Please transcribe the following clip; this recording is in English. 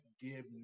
give